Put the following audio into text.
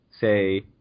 say